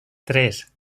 tres